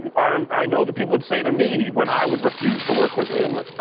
and i um i know that people would say to me when i would refuse to work with him,